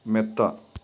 മെത്ത